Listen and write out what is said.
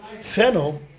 Fennel